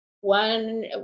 one